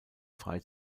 frei